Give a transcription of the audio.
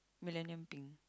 millennial pink